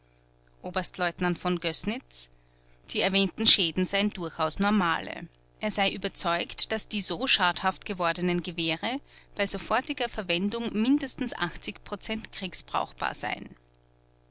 oberstleutnant v gössnitz die erwähnten schäden seien durchaus normale er sei überzeugt daß die so schadhaft gewordenen gewehre bei sofortiger verwendung mindestens kriegsbrauchbar seien